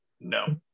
No